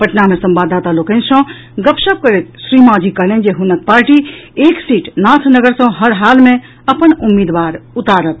पटना मे संवाददाता लोकनि सॅ गपशप करैत श्री मांझी कहलनि जे हुनक पार्टी एक सीट नाथनगर सॅ हर हाल मे अपन उम्मीदवार उतारत